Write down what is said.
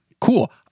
Cool